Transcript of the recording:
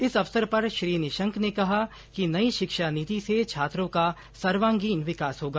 इस अवसर पर श्री निशंक ने कहा कि नई शिक्षा नीति से छात्रों का सर्वागीण विकास होगा